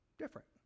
different